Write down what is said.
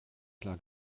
klar